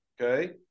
Okay